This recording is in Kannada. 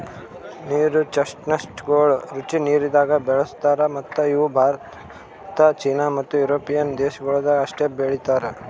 ನೀರು ಚೆಸ್ಟ್ನಟಗೊಳ್ ರುಚಿ ನೀರದಾಗ್ ಬೆಳುಸ್ತಾರ್ ಮತ್ತ ಇವು ಭಾರತ, ಚೀನಾ ಮತ್ತ್ ಯುರೋಪಿಯನ್ ದೇಶಗೊಳ್ದಾಗ್ ಅಷ್ಟೆ ಬೆಳೀತಾರ್